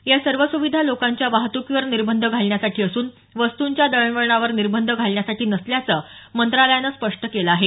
या सर्व सुविधा लोकांच्या वाहतुकीवर निर्बंध घालण्यासाठी असून वस्तुंच्या दळणवळणावर निर्बंध घालण्यासाठी नसल्याचं मंत्रालयानं स्पष्ट केलं आहे